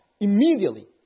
immediately